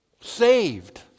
Saved